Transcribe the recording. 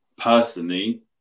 personally